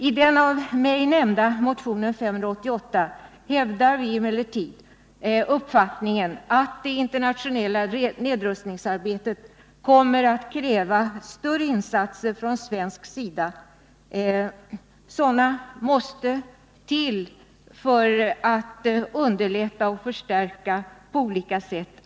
I den av mig nämnda motionen 588 hävdar vi att det internationella nedrustningsarbetet kommer att kräva än större insatser från svensk sida. Det är angeläget att på olika sätt underlätta och förstärka arbetet.